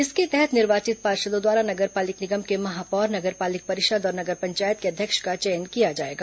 इसके तहत निर्वाचित पार्षदों द्वारा नगर पालिक निगम के महापौर नगर पालिक परिषद और नगर पंचायत के अध्यक्ष का चयन किया जाएगा